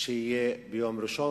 שיהיה ביום ראשון.